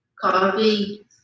coffee